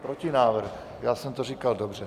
Protinávrh, já jsem to říkal dobře.